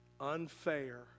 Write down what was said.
Unfair